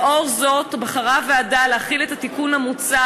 לאור זאת בחרה הוועדה להחיל את התיקון המוצע